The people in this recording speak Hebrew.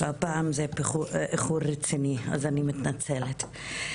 אז אני מתנצלת.